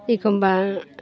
एखमब्ला